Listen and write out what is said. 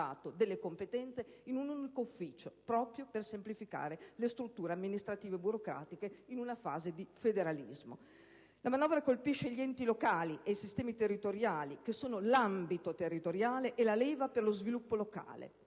La manovra colpisce gli enti locali e i sistemi territoriali, che sono l'ambito territoriale e la leva per lo sviluppo locale,